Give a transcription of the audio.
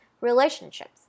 relationships